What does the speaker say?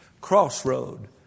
Crossroad